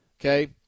okay